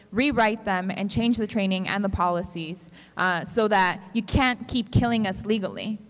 rewrite them, and change the training and the policies so that you can't keep killing us legally.